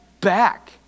back